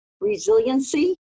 resiliency